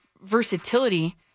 versatility